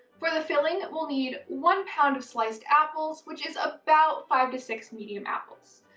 for the filling we'll need one pound of sliced apples, which is about five to six medium apples.